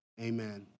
Amen